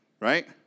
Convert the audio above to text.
right